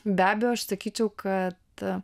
be abejo aš sakyčiau kad